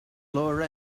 lower